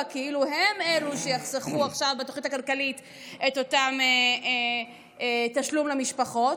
כאילו הם אלו שיחסכו עכשיו בתוכנית הכלכלית את אותו תשלום למשפחות,